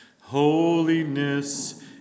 holiness